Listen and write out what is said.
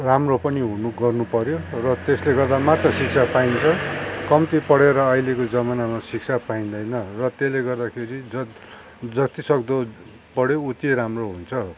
राम्रो पनि हुनु गर्नुपऱ्यो र त्यसले गर्दा मात्र शिक्षा पाइन्छ कम्ती पढेर अहिलेको जमानामा शिक्षा पाइँदैन र त्यसले गर्दाखेरि ज जति सक्दो पढ्यो उति राम्रो हुन्छ